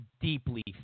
deeply